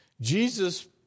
Jesus